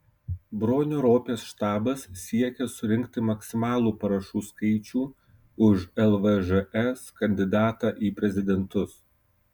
bronio ropės štabas siekia surinkti maksimalų parašų skaičių už lvžs kandidatą į prezidentus